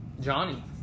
Johnny